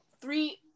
three